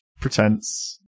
pretense